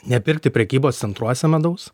nepirkti prekybos centruose medaus